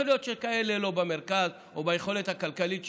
יכול להיות שכאלה שלא במרכז או ביכולת הכלכלית שלהם,